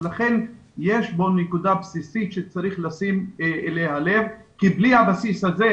לכן יש כאן נקודה בסיסית שצריך לשים אליה לב כי בלי הבסיס הזה,